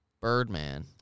Birdman